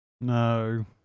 No